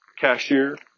cashier